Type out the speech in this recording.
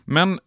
Men